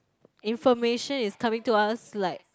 information is coming to us like